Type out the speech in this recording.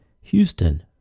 Houston